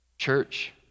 Church